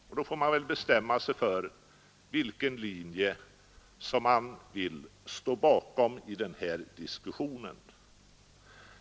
Man får väl bestämma sig för vilken linje man vill följa i denna diskussion.